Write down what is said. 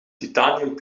titanium